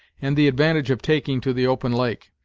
and the advantage of taking to the open lake.